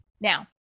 Now